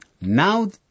Now